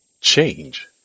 change